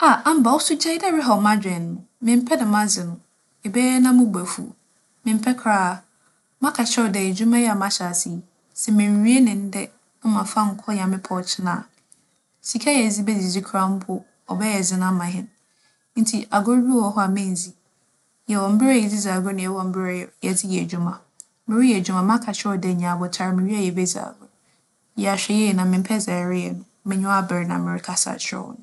Ah! Amba, ͻwo so gyaa dɛ erehaw m'adwen no. Memmpɛ dɛm adze no. Ebɛyɛ ara na mo bo efuw wo, memmpɛ koraa. Maka akyerɛ wo dɛ edwuma yi a mahyɛ ase yi, sɛ mennwie no ndɛ na mammfa annkͻ Nyame pɛ a ͻkyena a, sika yɛdze bedzidzi koraa mpo, ͻbɛyɛ dzen ama hɛn. Ntsi agor bi wͻ hͻ a menndzi. Yɛwͻ mber a yɛdze dzi agor na yɛwͻ mber a yɛre - yɛdze yɛ edwuma. Mereyɛ edwuma, maka akyerɛ wo dɛ nya abotar, muwie a yebedzi agor. Hwɛ yie na memmpɛ dza ereyɛ no. M'enyiwa aber na merekasa akyerɛ wo no.